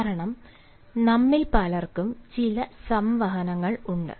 കാരണം നമ്മിൽ പലർക്കും ചില സംവഹനങ്ങൾ ഉണ്ട്